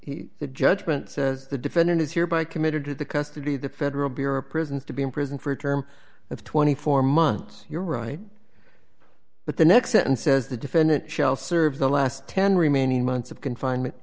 e judgment the defendant is hereby committed to the custody of the federal bureau of prisons to be in prison for a term of twenty four months you're right but the next sentence says the defendant shall serve the last ten remaining months of confinement